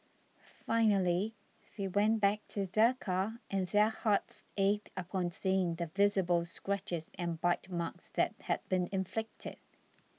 finally they went back to their car and their hearts ached upon seeing the visible scratches and bite marks that had been inflicted